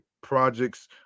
projects